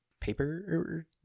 paper